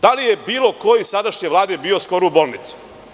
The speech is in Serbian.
Da li je bilo ko iz sadašnje Vlade bio u bolnici?